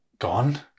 Gone